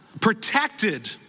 protected